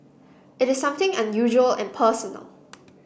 it is something unusual and personal